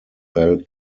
belle